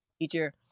teacher